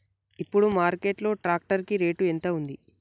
ఇప్పుడు మార్కెట్ లో ట్రాక్టర్ కి రేటు ఎంత ఉంది?